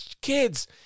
kids